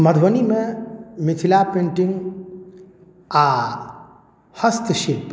मधुबनीमे मिथिला पेंटिंग आओर हस्तशिल्प